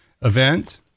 event